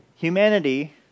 Humanity